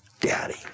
Daddy